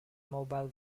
mobile